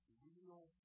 real